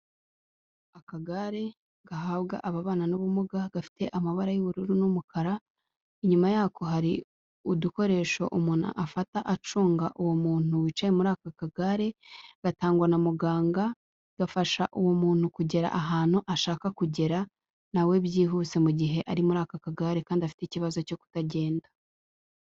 Akagare gahabwa ababana n'ubumuga, gafite amabara y'ubururu n'umukara, inyuma yako hari udukoresho umuntu afata acunga uwo muntu wicaye muri ako kagare, gatangwa na muganga gafasha uwo muntu kugera ahantu ashaka kugera na we byihuse mu gihe ari muri aka kagare kandi afite ikibazo cyo kutagenda.